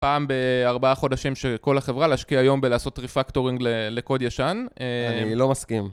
פעם בארבעה חודשים של כל החברה להשקיע יום בלעשות ריפקטורינג לקוד ישן. אני לא מסכים.